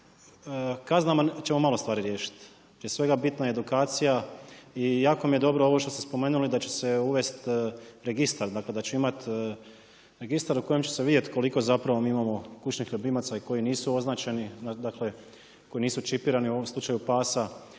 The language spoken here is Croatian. kaznama ćemo malo stvari riješiti. Prije svega bitna je edukacija. I jako mi je dobro ovo što ste spomenuli da će se uvesti registar, dakle da će imati registar u kojem će se vidjeti koliko zapravo mi imamo kućnih ljubimaca i koji nisu označeni, dakle koji nisu čipirani, u ovom slučaju pasa.